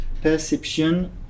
Perception